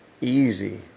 Easy